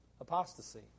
Apostasy